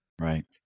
Right